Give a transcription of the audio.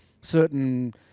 certain